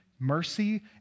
Mercy